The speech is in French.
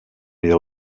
les